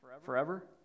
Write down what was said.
forever